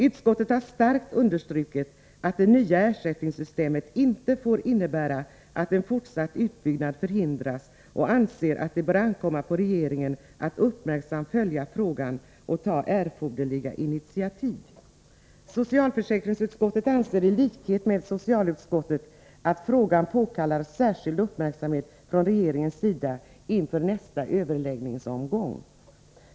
Utskottet har starkt understrukit att det nya ersättningssystemet inte får innebära att en fortsatt utbyggnad förhindras och anser att det bör ankomma på regeringen att uppmärksamt följa frågan och ta erforderliga inititativ. Socialförsäkringsutskottet anser i likhet med socialutskottet att frågan påkallar särskild uppmärksamhet från regeringens sida inför nästa överläggningsomgång.